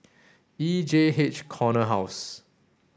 E J H Corner House